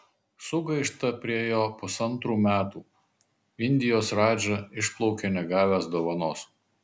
sugaišta prie jo pusantrų metų indijos radža išplaukia negavęs dovanos